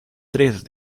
tres